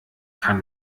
kann